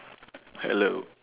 hello